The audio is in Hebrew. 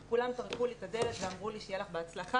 כולם טרקו לי את הדלת ואמרו לי: שיהיה לך בהצלחה,